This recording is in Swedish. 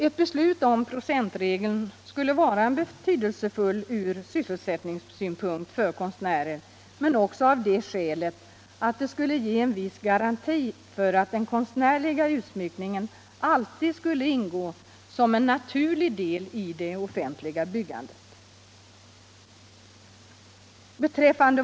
Ett beslut om procentregel skulle vara betydelsefullt från sysselsättningssynpunkt för konstnärer men också av det skälet att det skulle ge en viss garanti för att den konstnärliga utsmyckningen alluid skulle ingå som en naturlig del i det offentliga byggandet.